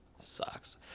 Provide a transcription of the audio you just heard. sucks